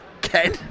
Ken